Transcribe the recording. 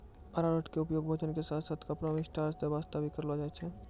अरारोट के उपयोग भोजन के साथॅ साथॅ कपड़ा मॅ स्टार्च दै वास्तॅ भी करलो जाय छै